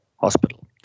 hospital